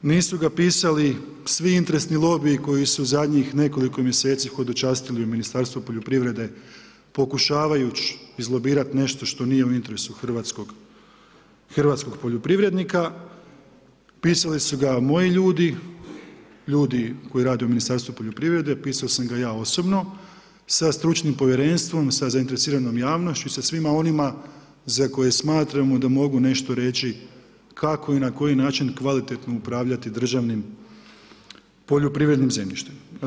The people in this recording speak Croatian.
Nisu ga pisali svi interesni lobiji koji su zadnjih nekoliko mjeseci hodočastili u Ministarstvo poljoprivrede, pokušavajući izlobirali nešto što nije u interesu hrvatskog poljoprivrednika, pisali su ga moji ljudi, ljudi koji rade u Ministarstvu poljoprivrede, pisao sam ga ja osobno, sa stručnim povjerenstvom, sa zainteresiranom javnošću i sa svima onima, za koje smatramo da mogu nešto reći, kako i na koji način, kvalitetno upravljati državnim poljoprivrednim zemljištem.